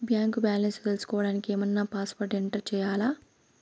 Bank balance తెలుసుకోవడానికి ఏమన్నా password enter చేయాలా?